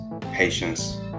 patience